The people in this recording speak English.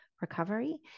recovery